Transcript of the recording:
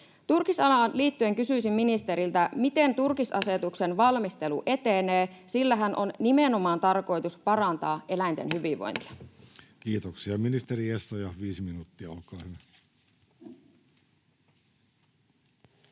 Turkisalaan liittyen kysyisin ministeriltä: miten turkisasetuksen valmistelu etenee? Sillähän on nimenomaan tarkoitus parantaa eläinten hyvinvointia. Kiitoksia. — Ministeri Essayah, viisi minuuttia, olkaa hyvä.